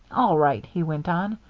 all right, he went on,